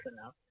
enough